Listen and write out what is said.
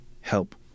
help